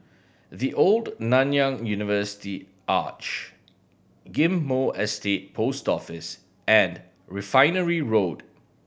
The Old Nanyang University Arch Ghim Moh Estate Post Office and Refinery Road